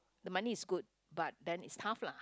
the money is good but then is tough lah